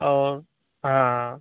और हाँ